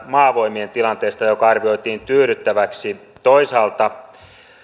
maavoimien tilanteesta joka arvioitiin tyydyttäväksi toisaalta